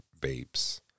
vapes